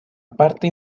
parte